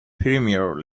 premier